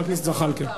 חבר הכנסת זחאלקה.